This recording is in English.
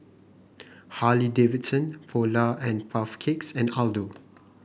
Harley Davidson Polar and Puff Cakes and Aldo